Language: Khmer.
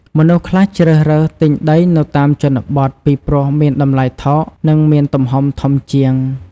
មនុស្សខ្លះជ្រើសរើសទិញដីនៅតាមជនបទ ពីព្រោះមានតម្លៃថោក និងមានទំហំធំជាង។